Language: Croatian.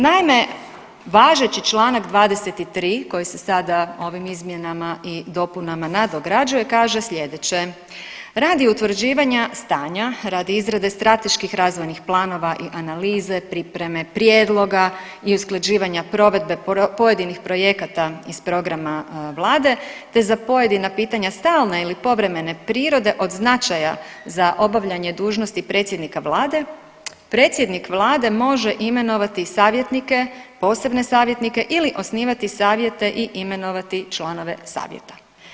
Naime, važeći članak 23. koji se sada ovim izmjenama i dopunama nadograđuje kaže sljedeće: Radi utvrđivanja stanja, radi izrade strateških razvojnih planova i analize, pripreme prijedloga i usklađivanje provedbe pojedinih projekata iz programa Vlade, te za pojedina pitanja stalne ili povremene prirode od značaja za obavljanje dužnosti predsjednika Vlade, predsjednik Vlade može imenovati savjetnike, posebne savjetnike ili osnivati savjete i imenovati članove savjeta.